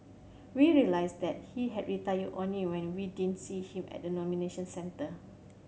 we realised that he had retired only when we didn't see him at the nomination centre